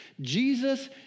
Jesus